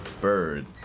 bird